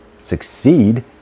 succeed